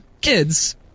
kids